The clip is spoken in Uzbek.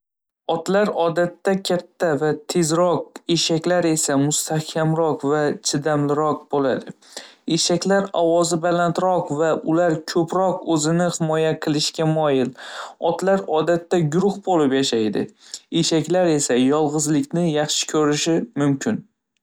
Otlar odatda katta va tezroq, eshaklar esa mustahkamroq va chidamliroq bo‘ladi. Eshaklar ovozi balandroq va ular ko‘proq o‘zini himoya qilishga moyil. Otlar odatda guruh bo‘lib yashaydi, eshaklar esa yolg‘izlikni yaxshi ko‘rishi mumkin.